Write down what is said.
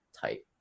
type